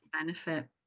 benefit